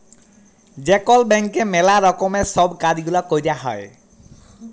যে কল ব্যাংকে ম্যালা রকমের সব কাজ গুলা ক্যরা হ্যয়